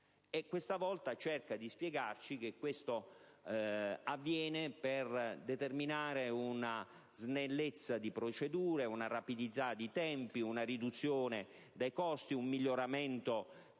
e stavolta cerca di spiegarci che ciò avviene per determinare uno snellimento delle procedure, una rapidità di tempi, una riduzione dei costi, un miglioramento